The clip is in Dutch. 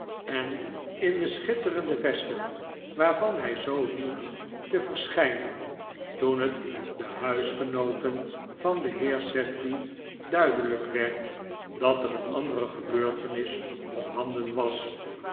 en in de schitterende vesten waarvan hij zoo hield te verschijnen toen het de huisgenooten van den heer sedley duidelijk werd dat er een andere gebeurtenis op handen was